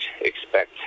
expect